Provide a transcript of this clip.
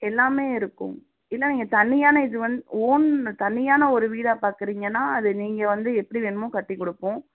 எல்லாமே இருக்கும் ஏன்னா இங்கே தனியான இது வந் ஓன் தனியான ஒரு வீடாக பார்க்குறிங்கன்னா அது நீங்கள் வந்து எப்படி வேணுமோ கட்டி கொடுப்போம்